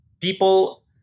people